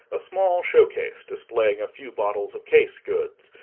a small showcase displaying a few bottles of case goods,